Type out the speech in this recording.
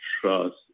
trust